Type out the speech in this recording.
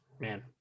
Man